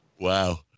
Wow